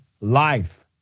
Life